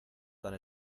tan